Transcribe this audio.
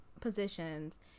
positions